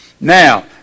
Now